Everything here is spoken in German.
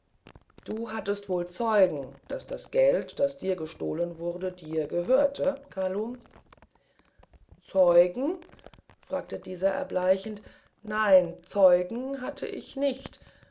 du hattest wohl zeugen daß das geld das dir gestohlen wurde dein gehörte kalum zeugen fragte dieser erbleichend nein zeugen hatte ich nicht